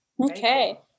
Okay